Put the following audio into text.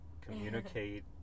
communicate